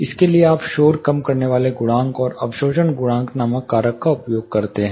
इसके लिए आप शोर कम करने वाले गुणांक और अवशोषण गुणांक नामक कारक का उपयोग कर रहे हैं